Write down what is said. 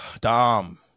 Dom